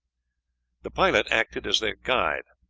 the pilot acted as their guide.